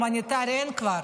הומניטרי אין כבר.